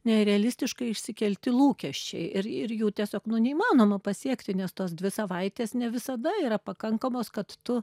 nerealistiškai išsikelti lūkesčiai ir ir jų tiesiog nu neįmanoma pasiekti nes tos dvi savaitės ne visada yra pakankamos kad tu